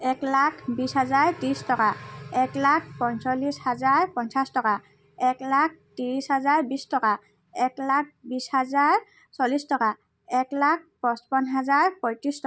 এক লাখ বিছ হাজাৰ ত্ৰিছ টকা এক লাখ পঞ্চল্লিছ হাজাৰ পঞ্চাছ টকা এক লাখ ত্ৰিছ হাজাৰ বিছ টকা এক লাখ বিছ হাজাৰ চল্লিছ টকা এক লাখ পঁচপন্ন হাজাৰ পঁয়ত্ৰিছ টকা